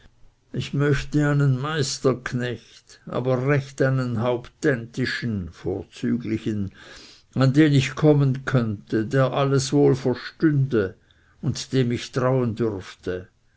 ich möchte einen meisterknecht aber recht einen hauptäntischen an den ich kommen könnte der alles wohl verstünde und dem ich trauen dürfte